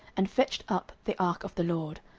and fetched up the ark of the lord,